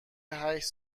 هشت